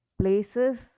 places